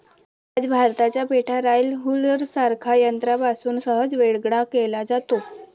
आज भाताचा पेंढा राईस हुलरसारख्या यंत्रापासून सहज वेगळा केला जातो